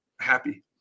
happy